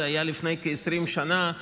זה היה לפני כ-20 שנה,